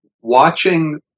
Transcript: watching